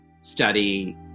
study